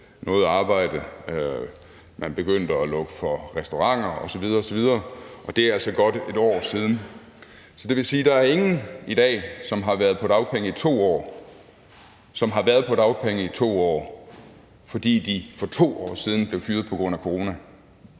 noget arbejde, og man begyndte at lukke for restauranter osv. osv., og det er altså godt et år siden. Så det vil sige, at der ikke er nogen i dag, som har været på dagpenge i 2 år, fordi de for 2 år siden blev fyret på grund af corona.